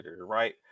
right